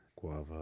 guava